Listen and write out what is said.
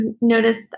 noticed